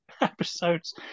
episodes